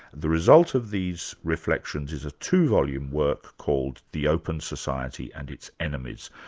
the result of these reflections is a two-volume work called the open society and its enemies.